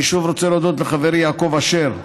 אני רוצה להודות שוב לחברי יעקב אשר,